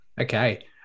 Okay